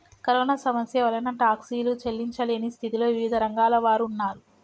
corona సమస్య వలన టాక్సీలు చెల్లించలేని స్థితిలో వివిధ రంగాల వారు ఉన్నారు